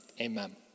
Amen